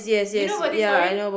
you know about this story